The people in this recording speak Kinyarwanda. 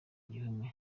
gihome